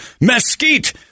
Mesquite